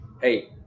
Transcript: hey